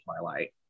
Twilight*